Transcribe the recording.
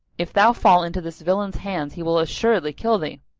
if thou fall into this villain's hands he will assuredly kill thee.